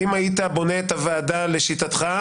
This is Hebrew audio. אם היית בונה את הוועדה לשיטתך,